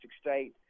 state